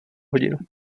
hodinu